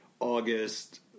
August